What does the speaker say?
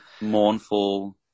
mournful